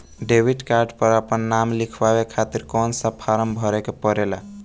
Debit card पर आपन नाम लिखाये खातिर कौन सा फारम भरे के पड़ेला?